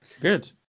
good